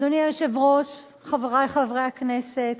אדוני היושב-ראש, חברי חברי הכנסת,